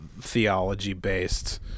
theology-based